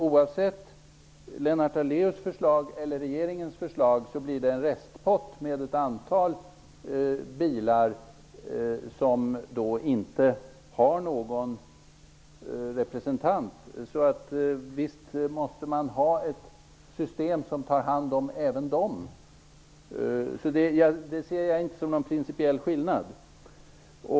Oavsett Lennart Daléus förslag eller regeringens förslag blir det en restpott med ett antal bilar som inte har någon representant. Visst måste man ha ett system som tar hand om även dessa bilar. Jag ser inte någon principiell skillnad här.